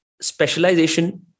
specialization